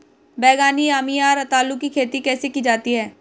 बैगनी यामी या रतालू की खेती कैसे की जाती है?